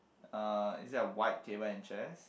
uh is there a white table and chairs